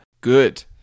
Good